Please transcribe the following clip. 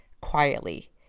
quietly